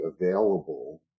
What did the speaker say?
available